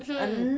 mmhmm